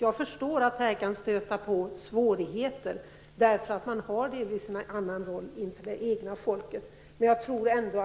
Jag förstår att det kan stöta på svårigheter, därför att rollen inför det egna folket delvis är en annan.